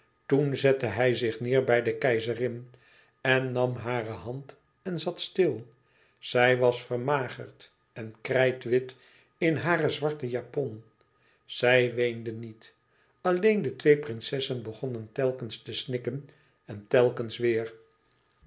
toen zette hij zich neêr bij de keizerin en nam hare hand en zat stil zij was vermagerd en krijtwit in haren zwarten japon zij weende niet alleen de twee prinsessen begonnen telkens te snikken en telkens weêr